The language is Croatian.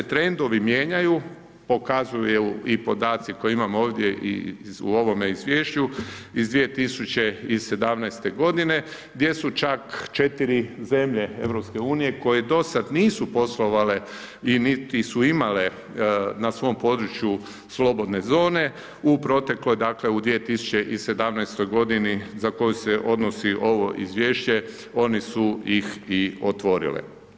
Da se trendovi mijenjaju, pokazuju i podaci koje imamo ovdje i u ovome Izvješću iz 2017. godine, gdje su čak četiri zemlje Europske unije koje do sad nisu poslovale, i niti su imale na svom području slobodne zone, u protekloj, dakle, u 2017. godini, za koju se odnosi ovo Izvješće, oni su ih i otvorile.